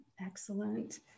Excellent